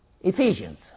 Ephesians